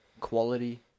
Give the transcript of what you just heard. quality